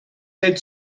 said